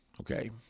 okay